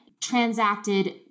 transacted